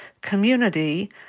community